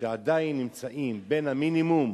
עדיין נמצאות בין המינימום